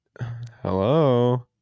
Hello